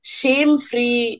shame-free